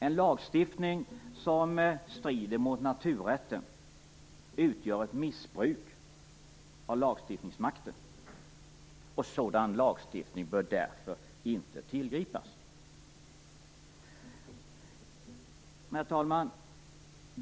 En lagstiftning som strider mot naturrätten utgör ett missbruk av lagstiftningsmakten, och sådan lagstiftning bör därför inte tillgripas. Herr talman!